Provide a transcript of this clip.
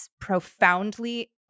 profoundly